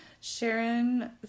Sharon